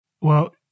Well-